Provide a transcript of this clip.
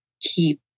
keep